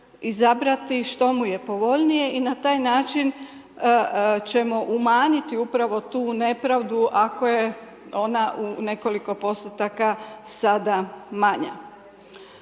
izabrati što mu je povoljnije i na taj način ćemo umanjiti upravo tu nepravdu, ako je ona u nekoliko postotka sada manja.